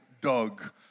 Doug